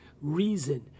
reason